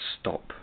stop